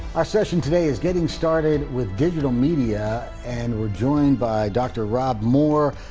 our session today is getting started with digital media and we're joined by dr. rob moore.